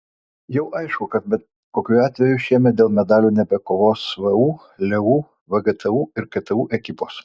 jau aišku kad bet kokiu atveju šiemet dėl medalių nebekovos vu leu vgtu ir ktu ekipos